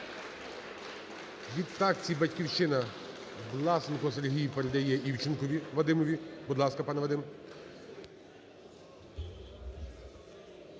Від фракції "Батьківщина" Власенко Сергій передає Івченкові Вадимові. Будь ласка, пане Вадим.